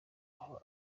aho